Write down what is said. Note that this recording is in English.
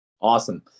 Awesome